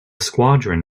squadron